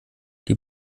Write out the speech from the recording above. die